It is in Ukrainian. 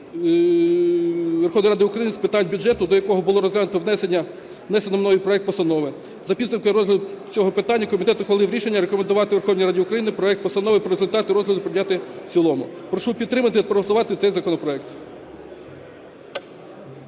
Верховної Ради України з питань бюджету, на якому було розглянуто внесений мною проект постанови. За підсумками розгляду цього питання комітет ухвалив рішення: рекомендувати Верховній Раді України проект постанови за результатами розгляду прийняти в цілому. Прошу підтримати і проголосувати цей законопроект.